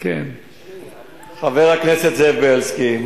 חבר הכנסת זאב בילסקי,